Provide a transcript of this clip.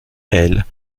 elle